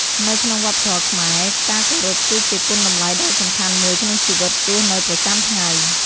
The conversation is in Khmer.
នៅក្នុងវប្បធម៌ខ្មែរ ការគោរពគឺជាគុណតម្លៃដ៏សំខាន់មួយក្នុងជីវិតរស់នៅប្រចាំថ្ងៃ។